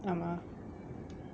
ஆமா:aamaa